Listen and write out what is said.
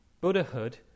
Buddhahood